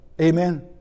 Amen